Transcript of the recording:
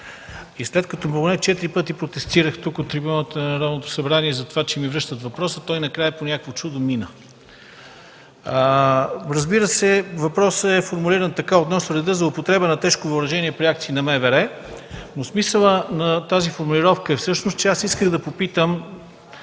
И след като поне четири пъти протестирах оттук, от трибуната на Народното събрание, за това, че ми връщат въпроса, той накрая по някакво чудо мина. Разбира се, въпросът е формулиран така: относно реда за употреба на тежко въоръжение при акции на МВР, но смисълът на тази формулировка е, че аз исках да попитам